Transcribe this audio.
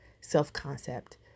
self-concept